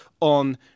on